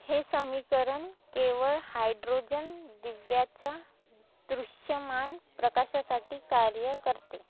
हे समीकरण केवळ हायड्रोजन दिव्याच्या दृश्यमान प्रकाशासाठी कार्य करते